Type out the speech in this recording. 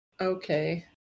Okay